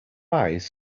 eyes